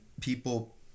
people